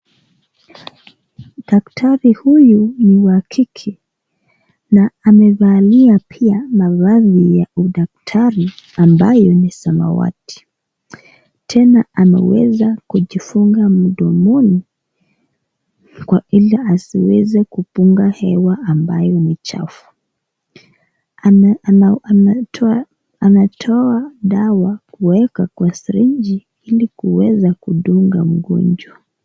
daktari huyu ni wa kike na amevalia pia mavazi ya udaktari ambayo ni samawati. Tena ameweza kujifunga mdomoni kwa ile asiweze kupunga hewa ambayo ni chafu. anatoa anatoa dawa kuweka kwa srinji ili kuweza kudunga mgonjwa.